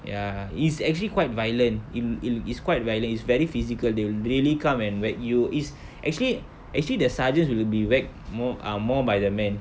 ya it's actually quite violent in it'll it's quite violet it's very physical they'll really come and whack you is actually actually the sergeants will be whacked more ah more by the man